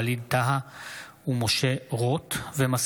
ווליד טאהא ומשה רוט בנושא: עליית מחירים בבנק הדואר,